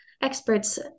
Experts